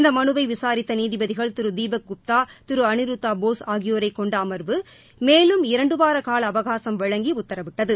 இந்த மனுவை விசாரித்த நீதிபதிகள் திரு தீபக் குப்தா திரு அனிருதா போஸ் ஆகியோரை கொண்ட அமர்வு மேலும் இரண்டுவார கால அவகாசம் வழங்கி உத்தரவிட்டது